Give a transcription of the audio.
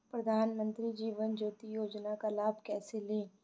प्रधानमंत्री जीवन ज्योति योजना का लाभ कैसे लें?